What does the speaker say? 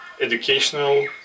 educational